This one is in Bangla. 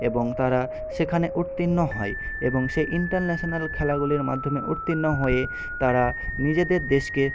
এবং তারা সেখানে উত্তীর্ণ হয় এবং সেই ইন্টারন্যাশানাল খেলাগুলির মাধ্যমে উত্তীর্ণ হয়ে তারা নিজেদের দেশকে